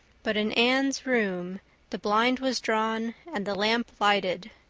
but in anne's room the blind was drawn and the lamp lighted,